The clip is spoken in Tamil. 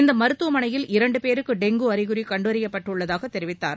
இந்த மருத்துவமனையில் இரண்டு பேருக்கு டெங்கு அறிகுறி கண்டறியப்பட்டுள்ளதாகத் தெரிவித்தார்